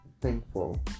thankful